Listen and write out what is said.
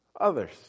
Others